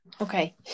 Okay